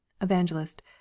evangelist